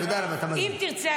אם תרצה,